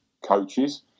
coaches